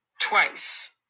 twice